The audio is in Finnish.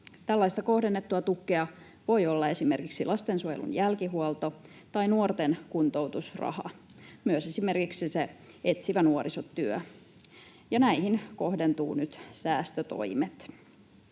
Tällaista kohdennettua tukea voi olla esimerkiksi lastensuojelun jälkihuolto tai nuorten kuntoutusraha, myös esimerkiksi se etsivä nuorisotyö. Ja näihin kohdentuvat nyt säästötoimet.